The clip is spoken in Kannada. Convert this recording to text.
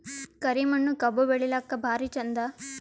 ಕರಿ ಮಣ್ಣು ಕಬ್ಬು ಬೆಳಿಲ್ಲಾಕ ಭಾರಿ ಚಂದ?